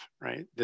right